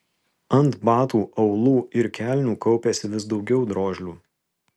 ant batų aulų ir kelnių kaupėsi vis daugiau drožlių